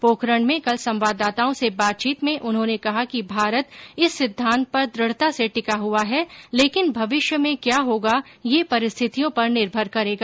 पोखरण में कल संवाददाताओं से बातचीत में उन्होंने कहा कि भारत इस सिद्वांत पर दृढ़ता से टिका हुआ है लेकिन भविष्य में क्या होगा यह परिस्थितियों पर निर्भर करेगा